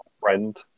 friend